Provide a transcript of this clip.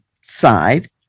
side